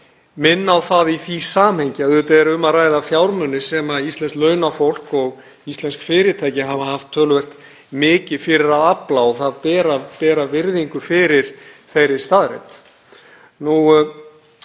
minna á það í því samhengi að auðvitað er um að ræða fjármuni sem íslenskt launafólk og íslensk fyrirtæki hafa haft töluvert mikið fyrir að afla og það ber að bera virðingu fyrir þeirri staðreynd.